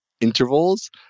intervals